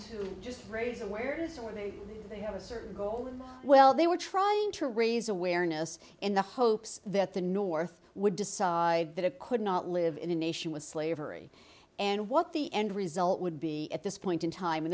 to just raise awareness or maybe they have a certain goal well they were trying to raise awareness in the hopes that the north would decide that it could not live in a nation with slavery and what the end result would be at this point in time